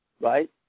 right